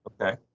okay